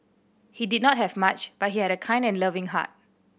he did not have much but he had a kind and loving heart